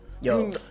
Yo